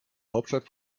hauptstadt